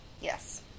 Yes